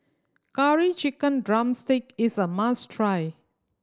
Curry Chicken drumstick is a must try